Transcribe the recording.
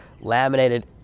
laminated